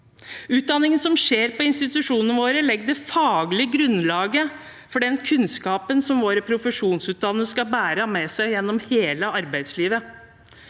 Utdanningen som skjer på institusjonene våre, legger det faglige grunnlaget for den kunnskapen som våre profesjonsutdannede skal bære med seg gjennom hele arbeidslivet.